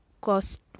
cost